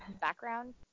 background